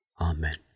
Amen